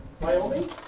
Wyoming